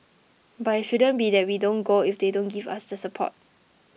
but it shouldn't be that we don't go if they don't give us the support